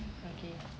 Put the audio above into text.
okay